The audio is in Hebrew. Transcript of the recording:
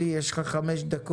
אלי, יש לך חמש דקות